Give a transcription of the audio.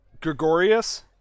Gregorius